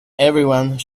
everyone